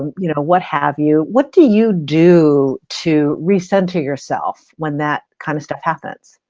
you know what have you. what do you do to recenter yourself when that kind of stuff happens?